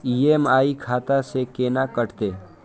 EMI खाता से केना कटते?